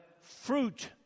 fruit